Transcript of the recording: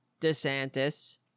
DeSantis